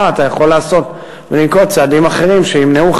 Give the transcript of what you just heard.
אתה יכול לעשות ולנקוט צעדים אחרים שימנעו,